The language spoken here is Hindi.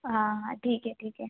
हाँ हाँ ठीक है ठीक है